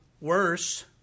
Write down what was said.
Worse